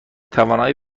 توانایی